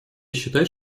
считать